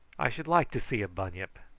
i should like to see a bunyip.